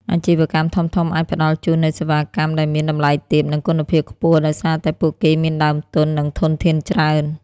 អាជីវកម្មធំៗអាចផ្តល់ជូននូវសេវាកម្មដែលមានតម្លៃទាប និងគុណភាពខ្ពស់ដោយសារតែពួកគេមានដើមទុន និងធនធានច្រើន។